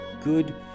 good